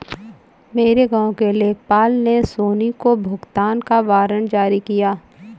मेरे गांव के लेखपाल ने सोनी को भुगतान का वारंट जारी किया